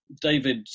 David